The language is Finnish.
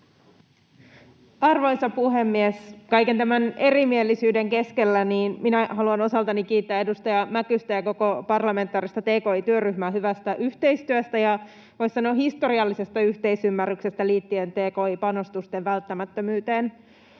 Arvoisa puhemies! Kaiken tämän erimielisyyden keskellä minä haluan osaltani kiittää edustaja Mäkystä ja koko parlamentaarista tki-työryhmää hyvästä yhteistyöstä ja voisi sanoa historiallisesta yhteisymmärryksestä liittyen tki-panostusten välttämättömyyteen.